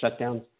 shutdowns